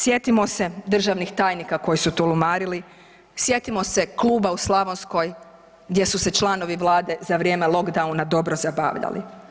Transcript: Sjetimo se državnih tajnika koji su tulumarili, sjetimo se kluba u Slavonskoj gdje su se članovi Vlade za vrijeme lockdowna dobro zabavljali.